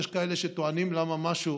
יש כאלה שטוענים למה משהו,